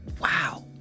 wow